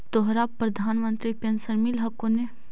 तोहरा प्रधानमंत्री पेन्शन मिल हको ने?